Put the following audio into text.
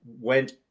went